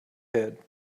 head